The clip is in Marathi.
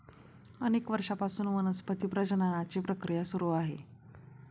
अनेक वर्षांपासून वनस्पती प्रजननाची प्रक्रिया सुरू आहे